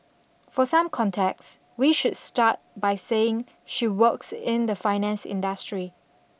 for some context we should start by saying she works in the finance industry